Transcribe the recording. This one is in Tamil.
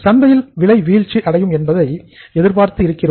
சந்தையில் விலை வீழ்ச்சி அடையும் என்பதை எதிர்பார்த்து இருக்கிறோம்